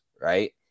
right